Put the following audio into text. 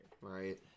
Right